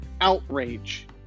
outrage